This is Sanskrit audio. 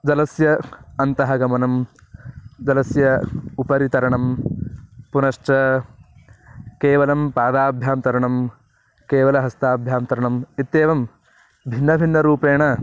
जलस्य अन्तः गमनं जलस्य उपरि तरणं पुनश्च केवलं पादाभ्यां तरणं केवलं हस्ताभ्यां तरणम् इत्येवं भिन्नभिन्नरूपेण